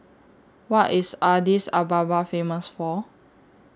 What IS Addis Ababa Famous For